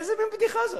איזה מין בדיחה זאת?